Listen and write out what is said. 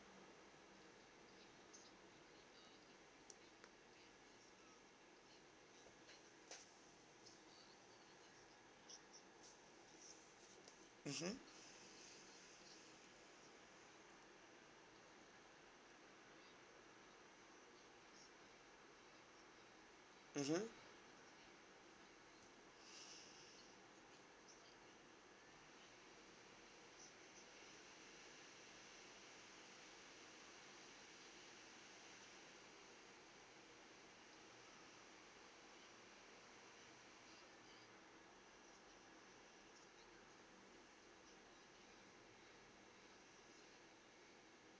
mmhmm mmhmm